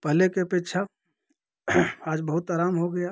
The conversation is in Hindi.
पहले की अपेक्षा आज बहुत आराम हो गया